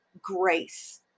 grace